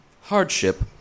hardship